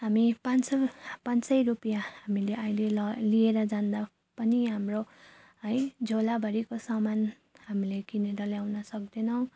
हामी पाँच सय पाँच सय रुपियाँ हामीले अहिले लिए लिएर जाँदा पनि हाम्रो है झोलाभरिको सामान हामीले किनेर ल्याउन सक्दैनौँ